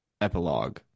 Epilogue